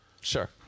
Sure